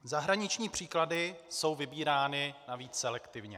Zahraniční příklady jsou vybírány navíc selektivně.